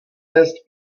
jest